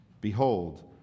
Behold